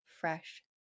fresh